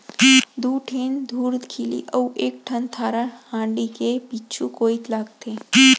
दू ठिन धुरखिली अउ एक ठन थरा डांड़ी के पीछू कोइत लागथे